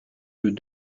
deux